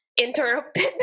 interrupted